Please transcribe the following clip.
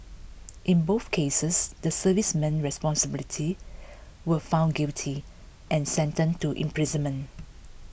in both cases the servicemen responsibility were found guilty and sentenced to imprisonment